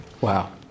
Wow